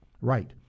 right